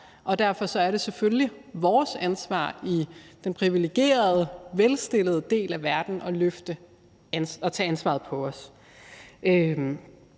og derfor er det selvfølgelig vores ansvar i den privilegerede, velstillede del af verden at tage ansvaret på os.